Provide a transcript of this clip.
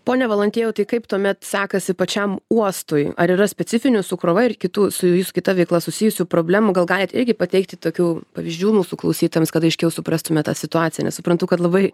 pone valantiejau tai kaip tuomet sekasi pačiam uostui ar yra specifinių su krova ir kitų su kita veikla susijusių problemų gal galit irgi pateikti tokių pavyzdžių mūsų klausytojams kad aiškiau suprastume tą situaciją nes suprantu kad labai